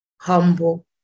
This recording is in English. humble